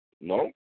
No